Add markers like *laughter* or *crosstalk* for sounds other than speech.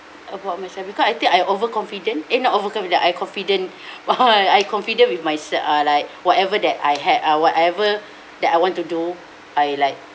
about myself because I think I overconfident eh not overconfident I confident *breath* *noise* I confident with myself uh like *breath* whatever that I had uh whatever *breath* that I want to do I like